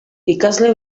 ikasle